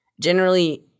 Generally